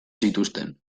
zituzten